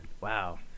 wow